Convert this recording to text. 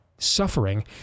Suffering